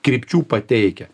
krypčių pateikę